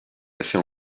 assez